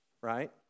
right